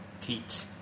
teach